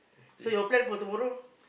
so your plan for tomorrow